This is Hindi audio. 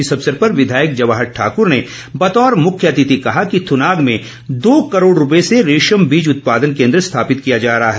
इस अवसर पर विधायक जवाहर ठाकूर ने बतौर मुख्य अतिथि कहा कि थुनाग में दो करोड़ रूपए से रेशम बीज उत्पादन केन्द्र स्थापित किया जा रहा है